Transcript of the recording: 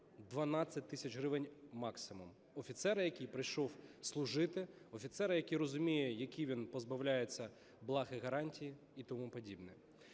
11-12 тисяч гривень максимум. Офіцера, який прийшов служити, офіцера, який розуміє, яких він позбавляється благ і гарантій, і тому подібне.